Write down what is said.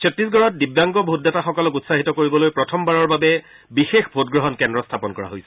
ছট্টিছগড়ত দিব্যাংগ ভোটদাতাসকলক উৎসাহিত কৰিবলৈ প্ৰথমবাৰৰ বাবে বিশেষ ভোটগ্ৰহণ কেন্দ্ৰ স্থাপন কৰা হৈছে